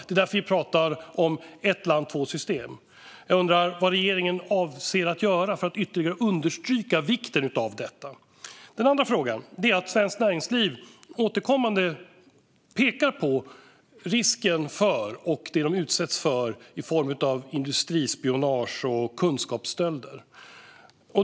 Det är därför vi talar om ett land, två system. Jag undrar vad regeringen avser att göra för att ytterligare understryka vikten av detta. Min andra fråga gäller att svenskt näringsliv återkommande pekar på risken för att man utsätts för industrispionage och kunskapsstölder.